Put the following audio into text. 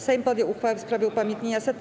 Sejm podjął uchwałę w sprawie upamiętnienia 100.